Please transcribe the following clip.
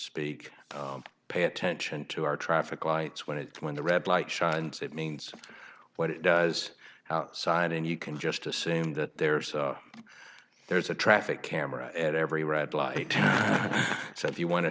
speak pay attention to our traffic lights when it's when the red light shines it means what it does outside and you can just assume that there's there's a traffic camera at every red light so if you want to